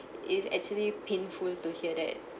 is actually painful to hear that